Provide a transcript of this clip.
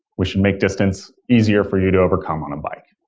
we should make distance easier for you to overcome on a bike,